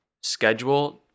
schedule